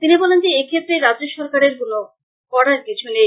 তিনি বলেন যে এক্ষেত্রে রাজ্য সরকারের করার কিছু নেই